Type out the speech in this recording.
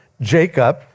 Jacob